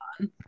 on